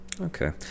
Okay